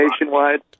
Nationwide